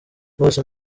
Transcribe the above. bose